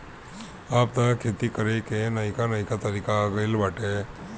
अब तअ खेती करे कअ नईका नईका तरीका आ गइल बाटे